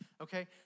Okay